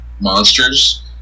monsters